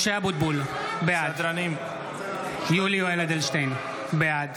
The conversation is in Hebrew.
משה אבוטבול, בעד יולי יואל אדלשטיין, בעד